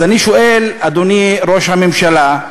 אז אני שואל, אדוני ראש הממשלה: